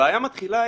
הבעיה מתחילה,